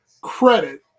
credit